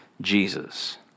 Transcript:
Jesus